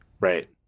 right